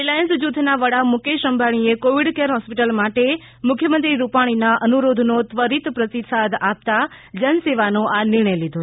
Reliance જુથના વડા મુકેશ અંબાણીએ કોવિડ કેર હોસ્પિટલ માટે મુખ્યમંત્રી રૂપાણીના અનુરોધનો ત્વરિત પ્રતિસાદ આપતા જનસેવાનો આ નિર્ણય લીધો છે